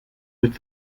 with